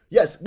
Yes